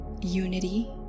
unity